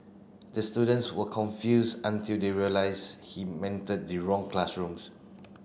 the students were confused until they realised he entered the wrong classrooms